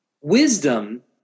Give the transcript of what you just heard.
Wisdom